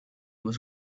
was